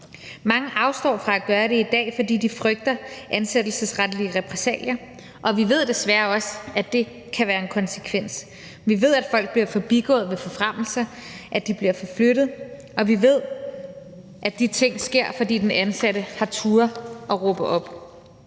Mange afstår fra at gøre det i dag, fordi de frygter ansættelsesretlige repressalier, og vi ved desværre også, at det kan være en konsekvens. Vi ved, at folk bliver forbigået ved forfremmelse, at de bliver forflyttet, og vi ved, at de ting sker, fordi den ansatte har turdet at råbe op.